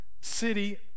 city